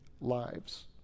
lives